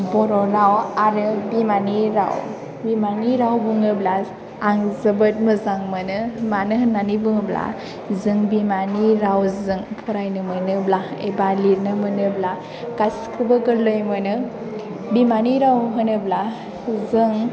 बर' राव आरो बिमानि राव बिमानि राव बुङोब्ला आं जोबोर मोजां मोनो मानो होननानै बुङोब्ला जों बिमानि रावजों फरायनो मोनोब्ला एबा लिरनो मोनोब्ला गासैखौबो गोरलै मोनो बिमानि राव होनोब्ला जों